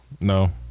No